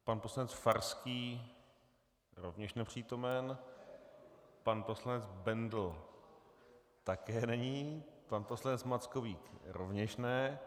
Pan poslanec Farský je rovněž nepřítomen, pan poslanec Bendl také není, pan poslanec Mackovík rovněž ne.